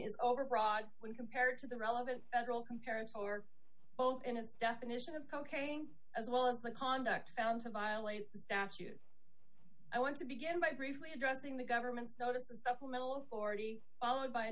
is overbroad when compared to the relevant federal comparison our boate and its definition of cocaine as well as the conduct found to violate the statute i want to begin by briefly addressing the government's notice a supplemental of forty followed by a